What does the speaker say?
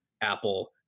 Apple